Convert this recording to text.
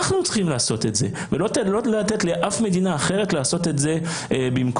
אנחנו צריכים לעשות את זה ולא לתת לאף במדינה אחרת לעשות את זה במקומנו.